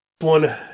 one